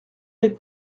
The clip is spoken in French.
les